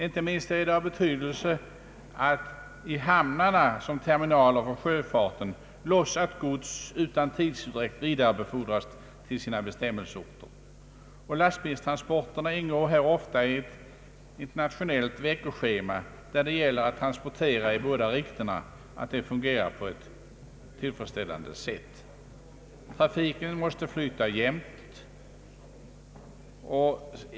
Inte minst är det av betydelse, att i hamnarna såsom terminaler för sjöfarten lossat gods utan tidsutdräkt vidarebefordras till bestämmelseorterna. Lastbilstransporterna ingår ofta i ett internationellt veckoschema. Det gäller att transporterna i båda riktningarna fungerar på ett tillfredsställande sätt. Trafiken måste flyta jämnt.